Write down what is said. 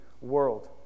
world